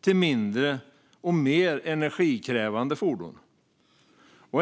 till mindre och mer energikrävande fordon.